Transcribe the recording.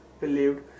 believed